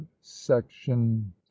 section